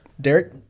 Derek